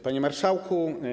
Panie Marszałku!